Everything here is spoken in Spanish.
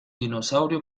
dinosaurio